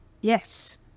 Yes